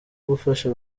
gufasha